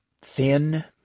thin